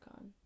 on